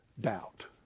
doubt